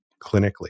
clinically